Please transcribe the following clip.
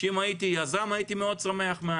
שאם הייתי יזם הייתי מאוד שמח.